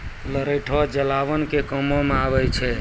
लरैठो जलावन के कामो मे आबै छै